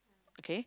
okay